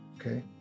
okay